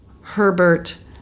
Herbert